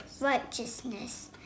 Righteousness